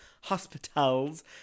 hospitals